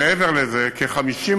מעבר לזה שכ-50%